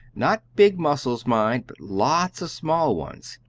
not big muscles, mind, but lots of small ones.